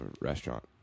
restaurant